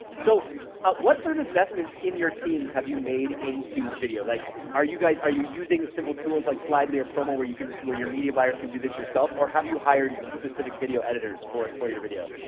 so what sort of investments in your teams have you made into video? like are you guys, are you using simple tools like slidely or promo where you can, where your media buyers can do this yourself? or have you hired specific video editors for it, for your video?